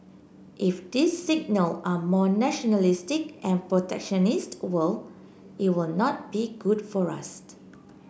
if this signal are more nationalistic and protectionist world it will not be good for us